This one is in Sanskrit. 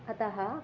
अतः